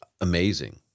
amazing